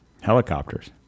Helicopters